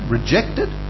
Rejected